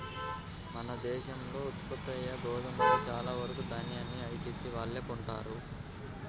మన దేశంలో ఉత్పత్తయ్యే గోధుమలో చాలా వరకు దాన్యాన్ని ఐటీసీ వాళ్ళే కొంటన్నారు